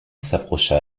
s’approcha